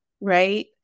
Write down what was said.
right